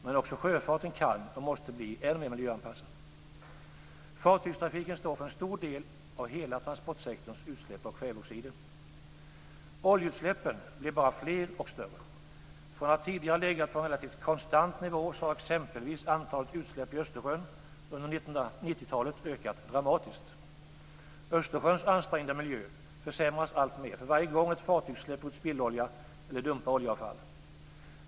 Men också sjöfarten kan och måste bli än mer miljöanpassad. Fartygstrafiken står för en stor del av hela transportsektorns utsläpp av kväveoxider. Oljeutsläppen blir bara fler och större. Från att tidigare ha legat på en relativt konstant nivå har exempelvis antalet utsläpp i Östersjön under 1990-talet ökat dramatiskt. Östersjöns ansträngda miljö försämras alltmer för varje gång ett fartyg släpper ut spillolja eller dumpar oljeavfall.